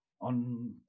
on